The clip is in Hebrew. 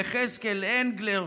יחזקאל הנדלר,